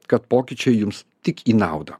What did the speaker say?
kad pokyčiai jums tik į naudą